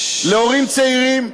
להורים צעירים,